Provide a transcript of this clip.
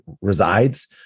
resides